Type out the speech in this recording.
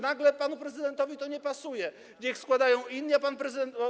Nagle panu prezydentowi to nie pasuje, niech składają inni, a pan prezydent.